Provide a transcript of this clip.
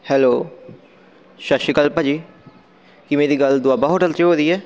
hello ਸਤਿ ਸ਼੍ਰੀ ਅਕਾਲ ਭਾਅ ਜੀ ਕੀ ਮੇਰੀ ਗੱਲ ਦੁਆਬਾ ਹੋਟਲ 'ਚ ਹੋ ਰਹੀ ਹੈ